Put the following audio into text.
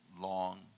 long